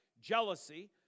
jealousy